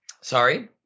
Sorry